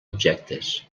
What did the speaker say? objectes